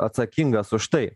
atsakingas už tai